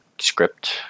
script